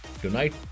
Tonight